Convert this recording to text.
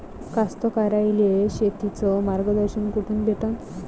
कास्तकाराइले शेतीचं मार्गदर्शन कुठून भेटन?